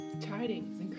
Tidings